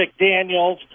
McDaniel